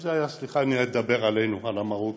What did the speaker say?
אם זה היה, סליחה, אני אדבר עלינו, על המרוקנים,